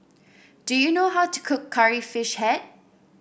do you know how to cook Curry Fish Head